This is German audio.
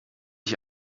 ich